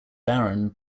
baron